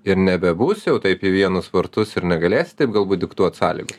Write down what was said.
ir nebebus jau taip į vienus vartus ir negalės taip galbūt diktuot sąlygų